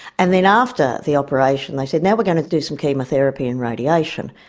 and then after the operation they said, now we're going to do some chemotherapy and radiation.